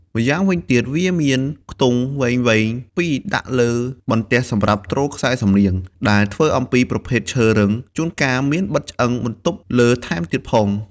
ម្យ៉ាងវិញទៀត វាមានខ្ទង់វែងៗ២ដាក់លើសន្ទះសំរាប់ទ្រខ្សែសំនៀង ដែលធ្វើអំពីប្រភេទឈើរឹង ជួនកាលមានបិទឆ្អឹងបន្ដុបលើថែមទៀតផង។